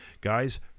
guys